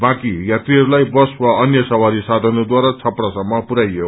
बाँकी यात्रीहरूलाई बस वा अन्य सवारी साधनहरूद्वारा छपरासमम पुरयाईयो